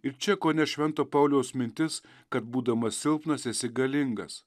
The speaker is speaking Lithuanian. ir čia kone švento pauliaus mintis kad būdamas silpnas esi galingas